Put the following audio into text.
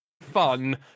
fun